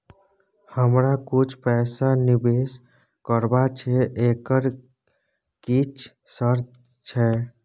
हमरा कुछ पैसा निवेश करबा छै एकर किछ शर्त छै?